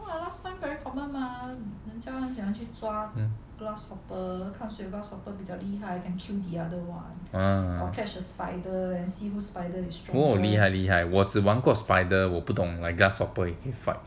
orh 厉害厉害我只玩过 spider 我不懂 grasshopper 可以 fight